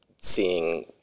seeing